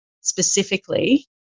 specifically